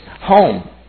home